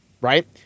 Right